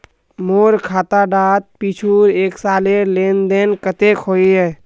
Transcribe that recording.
मोर खाता डात पिछुर एक सालेर लेन देन कतेक होइए?